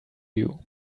you